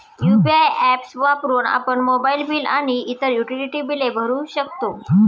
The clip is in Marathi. यु.पी.आय ऍप्स वापरून आपण मोबाइल बिल आणि इतर युटिलिटी बिले भरू शकतो